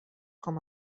com